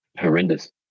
Horrendous